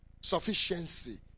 Sufficiency